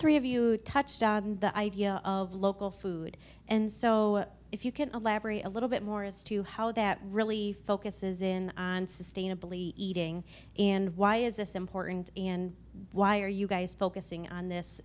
three of you touched on the idea of local food and so if you can elaborate a little bit more as to how that really focuses in on sustainable eating and why is this important and why are you guys focusing on this